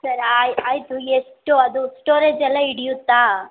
sir ಆಯಿತು ಎಷ್ಟು ಅದು ಸ್ಟೋರೇಜ್ ಎಲ್ಲ ಹಿಡಿಯುತ್ತಾ